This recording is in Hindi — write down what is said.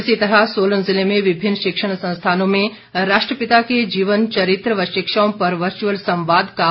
इसी तरह सोलन जिले में विभिन्न शिक्षण संस्थानों में राष्ट्रपिता के जीवन चरित्र व शिक्षाओं पर वर्चुअल संवाद का आयोजन किया गया